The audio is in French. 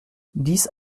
dix